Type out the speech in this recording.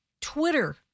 Twitter